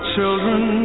children